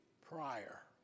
prior